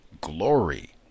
glory